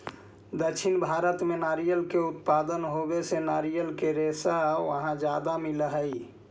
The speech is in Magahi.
दक्षिण भारत में नारियर के उत्पादन होवे से नारियर के रेशा वहाँ ज्यादा मिलऽ हई